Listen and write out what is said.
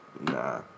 Nah